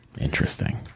Interesting